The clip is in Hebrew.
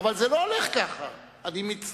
אבל זה לא הולך ככה, אני מצטער.